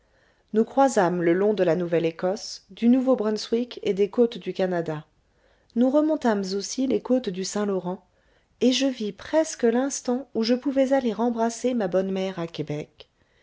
nous croisâmes le long de la nouvelle écosse du nouveau brunswick et des côtes du canada nous remontâmes aussi les côtes du saint-laurent et je vis presque l'instant où je pouvais aller embrasser ma bonne mère à québec